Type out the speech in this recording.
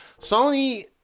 Sony